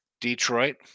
Detroit